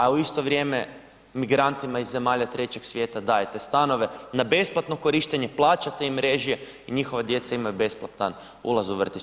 A u isto vrijeme migrantima iz zemalja Trećeg svijeta dajete stanove na besplatno korištenje, plaćate im režije i njihova djeca imaju besplatan ulaz u vrtić.